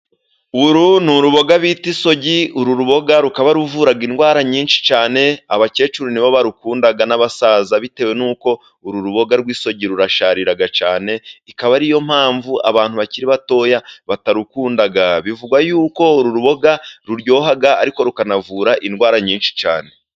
Uru ni uruboga bita isogi, uru ruboga rukaba ruvura indwara nyinshi cyane, abakecuru nibo barukunda n'abasaza bitewe n'uko uru ruboga rw'isogi rurasharira cyane ikaba ari yo mpamvu abantu bakiri batoya batarukunda. Bivugwa yuko uru ruboga ruryoha ariko rukanavura indwara nyinshi cyane.